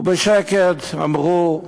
ובשקט אמרו,